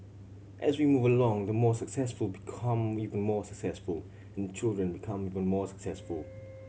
as we move along the more successful become even more successful and children become even more successful